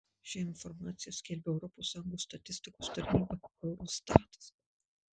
šią informaciją skelbia europos sąjungos statistikos tarnyba eurostatas